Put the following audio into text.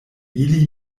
ili